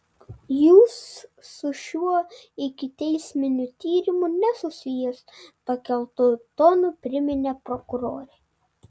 jūs su šiuo ikiteisminiu tyrimu nesusijęs pakeltu tonu priminė prokurorė